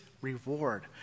reward